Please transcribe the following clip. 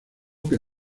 que